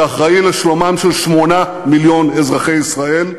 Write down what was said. שאחראי לשלומם של 8 מיליון אזרחי ישראל,